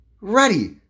ready